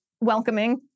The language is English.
welcoming